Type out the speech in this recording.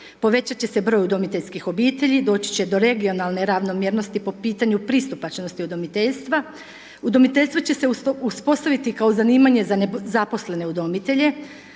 Povećat će se broj udomiteljskih obitelji, doći će do regionalne ravnomjernosti po pitanju pristupačnosti udomiteljstva, udomiteljstvo će se uspostaviti kao zanimanje za nezaposlene udomitelje,